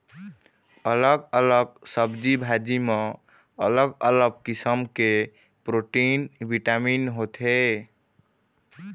अलग अलग सब्जी भाजी म अलग अलग किसम के प्रोटीन, बिटामिन होथे